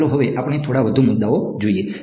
તો ચાલો હવે આપણે થોડા વધુ મુદ્દાઓ જોઈએ